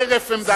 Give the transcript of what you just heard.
חרף עמדת הממשלה.